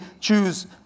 choose